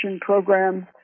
programs